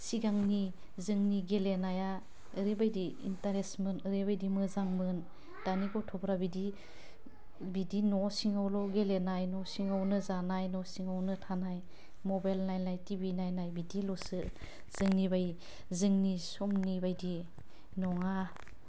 सिगांनि जोंनि गेलेनाया ओरैबायदि इन्टारेसमोन ओरैबायदि मोजांमोन दानि गथ'फ्रा बिदि बिदि न' सिङावल' गेलेनाय न' सिङावनो जानाय न' सिङावनो थानाय मबेल नायनाय टिभि नायनाय बिदिल'सो जोंनि बाय जोंनि समनि बायदि नङा